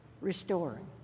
restoring